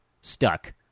stuck